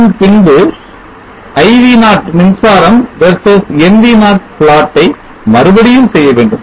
அதன்பின்பு I V0 மின்சாரம் versus nv0 plot ஐ மறுபடியும் செய்ய வேண்டும்